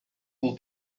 will